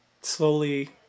slowly